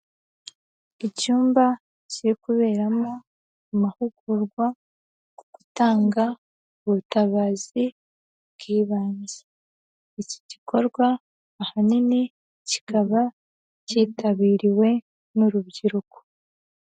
Icyumba kiri kuberamo amahugurwa ku gutanga ubutabazi bw'ibanze, iki gikorwa ahanini kikaba cyitabiriwe n'urubyiruko.